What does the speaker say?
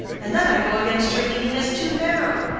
and then i go against your meaning as too narrow.